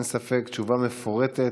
אין ספק, תשובה מפורטת.